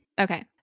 Okay